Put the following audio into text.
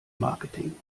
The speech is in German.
marketing